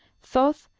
thoth,